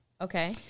Okay